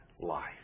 life